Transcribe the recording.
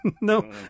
No